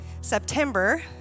September